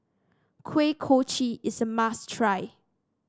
Kuih Kochi is a must try